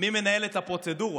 מי מנהל את הפרוצדורות.